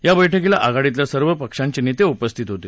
या बैठकीला आघाडीतल्या सर्व पक्षांचे नेते उपस्थित होते